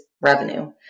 revenue